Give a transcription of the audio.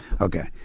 Okay